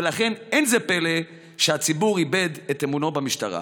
ולכן לא פלא שהציבור איבד את אמונו במשטרה.